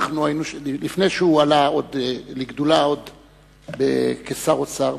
לפני שהוא עלה לגדולה עוד כשר האוצר,